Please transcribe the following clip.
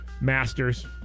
Masters